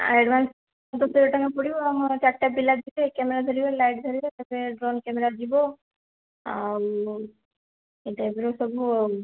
advance ଦଶ ହଜାର ଟଙ୍କା ପଡ଼ିବ ଆମର ଚାରିଟା ପିଲା ଯିବେ କ୍ୟାମେରା ଧରିବେ ଲାଇଟ୍ ଧରିବେ ତା'ପରେ ଡ୍ରୋନ୍ କ୍ୟାମେରା ଯିବ ଆଉ ଏଇ ଟାଇପ୍ର ସବୁ ଆଉ